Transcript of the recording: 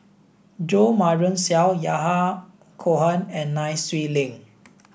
Jo Marion Seow Yahya Cohen and Nai Swee Leng